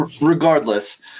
regardless